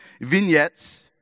vignettes